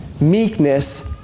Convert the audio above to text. meekness